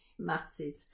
Masses